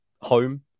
home